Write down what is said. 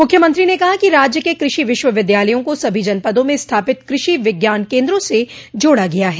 मुख्यमंत्री ने कहा कि राज्य के कृषि विश्वविद्यालयों को सभी जनपदों में स्थापित कृषि विज्ञान केन्द्रों से जोड़ा गया है